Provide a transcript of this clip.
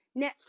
Netflix